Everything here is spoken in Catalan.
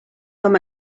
com